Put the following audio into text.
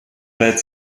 frei